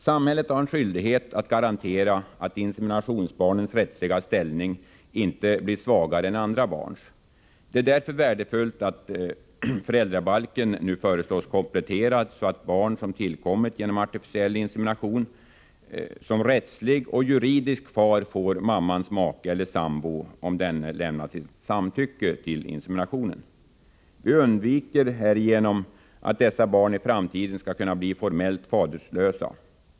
Samhället har en skyldighet att garantera att inseminationsbarnens rättsliga ställning inte blir svagare än andra barns. Det är därför värdefullt att föräldrabalken nu föreslås kompletterad, så att barn som tillkommit genom artificiell insemination, som rättslig och juridisk far får mammans make eller sambo om denne lämnat sitt samtycke till inseminationen. Vi undviker härigenom att inseminationsbarn i framtiden skall bli formellt faderlösa.